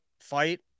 fight